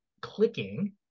clicking